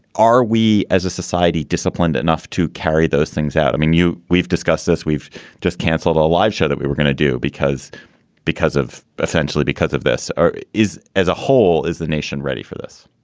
are we as a society disciplined enough to carry those things out? i mean, you we've discussed this. we've just canceled a a live show that we were gonna do because because of essentially because of this is as a whole. is the nation ready for this?